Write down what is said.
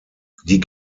die